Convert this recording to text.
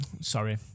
sorry